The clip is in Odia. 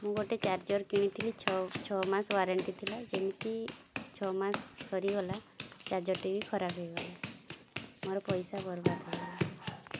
ମୁଁ ଗୋଟେ ଚାର୍ଜର୍ କିଣିଥିଲି ଛଅ ଛଅ ମାସ ୱାରେଣ୍ଟି ଥିଲା ଯେମିତି ଛଅ ମାସ ସରିଗଲା ଚାର୍ଜର୍ଟି ବି ଖରାପ ହୋଇଗଲା ମୋର ପଇସା ବର୍ବାଦ ହୋଇଗଲା